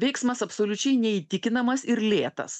veiksmas absoliučiai neįtikinamas ir lėtas